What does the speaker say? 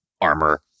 armor